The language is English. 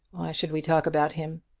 should we talk about him?